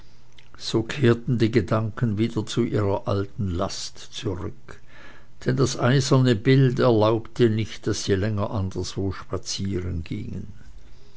so kehrten die gedanken wieder zu ihrer alten last zurück denn das eiserne bild erlaubte nicht daß sie länger anderswo